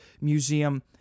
Museum